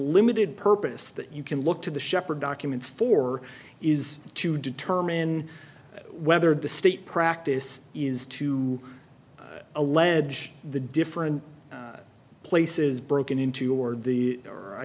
limited purpose that you can look to the shepherd documents for is to determine whether the state practice is to allege the different places broken into or the